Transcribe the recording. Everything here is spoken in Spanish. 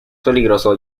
peligroso